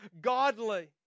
godly